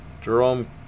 Jerome